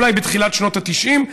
אולי בתחילת שנות ה-90,